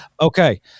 okay